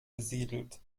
besiedelt